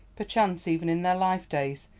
perchance even in their life-days,